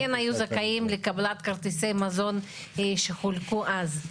היו זכאים לקבלת כרטיסי מזון שחולקו אז.